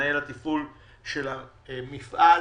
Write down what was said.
מנהל התפעול של המאפייה.